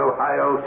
Ohio